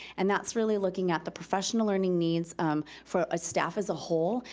and that's really looking at the professional learning needs um for a staff as a whole,